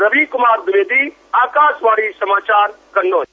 रवि कुमार द्विवेदी आकाशवाणी समाचार कन्नौज